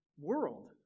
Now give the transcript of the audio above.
world